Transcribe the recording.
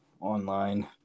online